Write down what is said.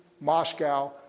Moscow